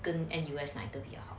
跟 N_U_S 哪一个比较好